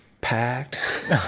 packed